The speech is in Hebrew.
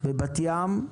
בבת ים,